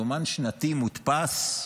יומן שנתי מודפס,